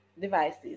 devices